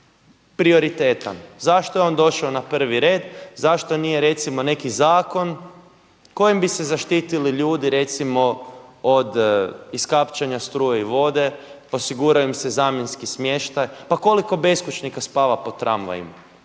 prioritetan, zašto je on došao na prvi red, zašto nije recimo neki zakon kojem bi se zaštitili ljudi recimo od iskapčanja struje i vode, osigurao im se zamjenski smještaj, pa koliko beskućnika spava po tramvajima?